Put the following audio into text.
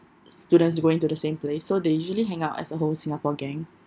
students going to the same place so they usually hang out as a whole singapore gang